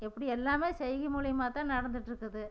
இப்படி எல்லாமே செய்கை மூலயமாத்தான் நடந்துகிட்டுருக்குது